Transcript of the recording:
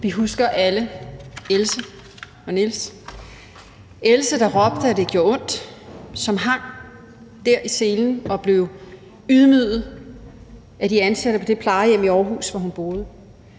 Vi husker alle Else og Niels, Else, der råbte, at det gjorde ondt, og som hang der i selen og blev ydmyget af de ansatte på det plejehjem i Aarhus, hvor hun boede,